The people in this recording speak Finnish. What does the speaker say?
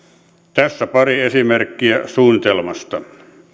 tässä pari esimerkkiä suunnitelmasta